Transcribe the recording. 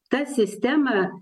ta sistema